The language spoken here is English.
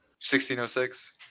1606